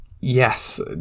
yes